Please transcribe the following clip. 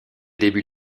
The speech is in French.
débuts